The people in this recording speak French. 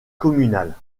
communale